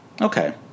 Okay